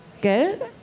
Good